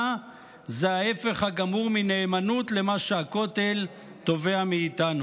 זה ההפך הגמור מנאמנות למה שהכותל תובע מאיתנו.